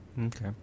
Okay